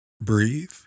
breathe